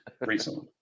recently